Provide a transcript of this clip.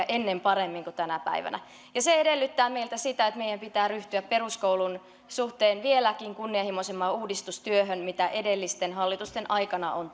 ennen paremmin kuin tänä päivänä ja se edellyttää meiltä sitä että meidän pitää ryhtyä peruskoulun suhteen vieläkin kunnianhimoisempaan uudistustyöhön kuin mitä edellisten hallitusten aikana on